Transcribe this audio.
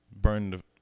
Burned